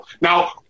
Now